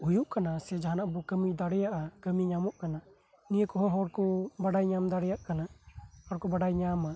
ᱦᱩᱭᱩᱜ ᱠᱟᱱᱟ ᱥᱮ ᱡᱟᱦᱟᱸᱱᱟᱜ ᱠᱚ ᱠᱟᱹᱢᱤ ᱫᱟᱲᱮᱭᱟᱜᱼᱟ ᱱᱤᱭᱟᱹ ᱠᱚᱦᱚᱸ ᱦᱚᱧ ᱠᱚ ᱵᱟᱰᱟᱭ ᱧᱟᱢ ᱫᱟᱲᱮᱭᱟᱜ ᱠᱟᱱᱟ ᱟᱨ ᱠᱚ ᱵᱟᱰᱟᱭ ᱧᱟᱢᱟ